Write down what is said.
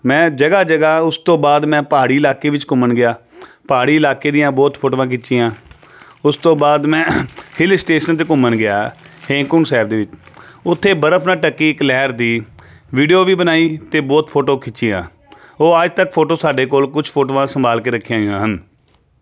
ਮੈਂ ਜਗ੍ਹਾ ਜਗ੍ਹਾ ਉਸ ਤੋਂ ਬਾਅਦ ਮੈਂ ਪਹਾੜੀ ਇਲਾਕੇ ਵਿੱਚ ਘੁੰਮਣ ਗਿਆ ਪਹਾੜੀ ਇਲਾਕੇ ਦੀਆਂ ਬਹੁਤ ਫੋਟੋਆਂ ਖਿੱਚੀਆਂ ਉਸ ਤੋਂ ਬਾਅਦ ਮੈਂ ਹਿਲ ਸਟੇਸ਼ਨ 'ਤੇ ਘੁੰਮਣ ਗਿਆ ਹੇਮਕੁੰਡ ਸਾਹਿਬ ਦੇ ਵਿੱਚ ਉੱਥੇ ਬਰਫ ਨਾਲ ਢਕੀ ਇੱਕ ਲਹਿਰ ਦੀ ਵੀਡੀਓ ਵੀ ਬਣਾਈ ਅਤੇ ਬਹੁਤ ਫੋਟੋ ਖਿੱਚੀਆਂ ਉਹ ਅੱਜ ਤੱਕ ਫੋਟੋ ਸਾਡੇ ਕੋਲ ਕੁਛ ਫੋਟੋਆਂ ਸੰਭਾਲ ਕੇ ਰੱਖੀਆਂ ਗਈਆਂ ਹਨ